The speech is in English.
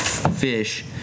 Fish